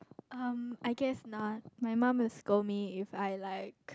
um I guess not my mum will scold me if I like